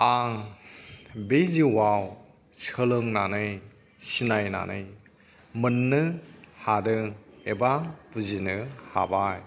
आं बे जिउआव सोलोंनानै सिनायनानै मोननो हादों एबा बुजिनो हाबाय